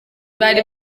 bari